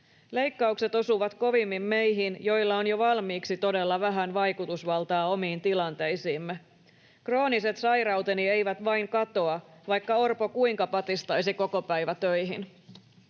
Leik-kaukset osuvat kovimmin meihin, joilla on jo valmiiksi todella vähän vaikutusvaltaa omiin tilanteisiimme. Krooniset sairauteni eivät vain katoa, vaikka Orpo kuinka patistaisi kokopäivätöihin.”